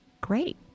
great